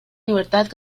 libertad